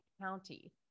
County